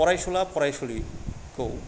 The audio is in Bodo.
फरायसुला फरायसुलिखौ